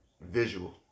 Visual